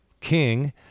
King